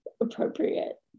appropriate